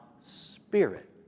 spirit